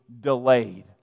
delayed